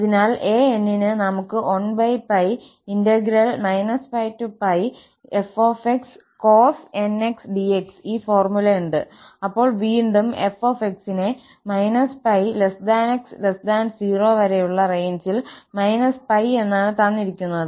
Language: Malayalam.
അതിനാൽ 𝑎𝑛 ന് നമുക് 1𝜋 𝜋𝜋∫𝑓𝑥cos𝑛𝑥𝑑𝑥 ഈ ഫോർമുലയുണ്ട് അപ്പോൾ വീണ്ടും 𝑓𝑥 നെ −𝜋𝑥0 വരെയുള്ള റേഞ്ചിൽ −𝜋 എന്നാണ് തന്നിരിക്കുന്നത്